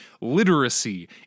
Literacy